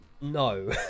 no